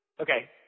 Okay